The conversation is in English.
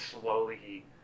slowly